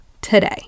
today